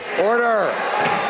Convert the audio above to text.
Order